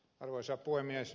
arvoisa puhemies